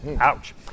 Ouch